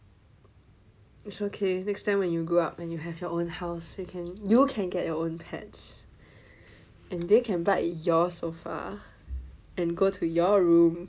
it's ok next time when you grow up and you have your own house you can you can get your own pets and they can bite your sofa and go to your room